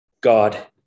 God